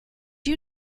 you